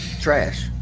Trash